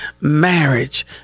Marriage